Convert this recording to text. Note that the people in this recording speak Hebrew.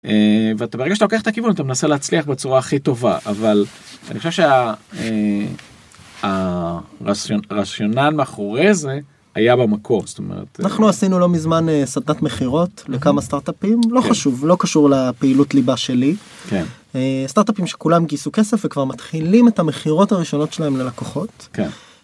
ברגע שאתה לוקח את הכוון אתה מנסה להצליח בצורה הכי טובה אבל אני חושב שהרציונאל מאחורי זה היה במקור זאת אומרת אנחנו עשינו לא מזמן סדנת מכירות לכמה סטארטאפים לא חשוב לא קשור לפעילות ליבה שלי. סטארטאפים שכולם גייסו כסף וכבר מתחילים את המכירות הראשונות שלהם ללקוחות.